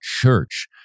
church